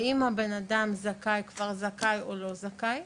האם הבן אדם זכאי כבר זכאי או לא זכאי,